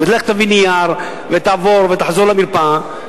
ולך תביא נייר ותעבור ותחזור למרפאה,